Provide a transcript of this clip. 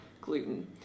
gluten